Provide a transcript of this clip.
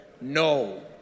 No